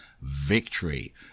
victory